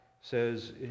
says